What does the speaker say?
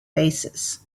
basis